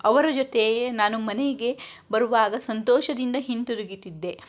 ಅವರ ಜೊತೆಯೇ ನಾನು ಮನೆಗೆ ಬರುವಾಗ ಸಂತೋಷದಿಂದ ಹಿಂತಿರುಗುತ್ತಿದ್ದೆ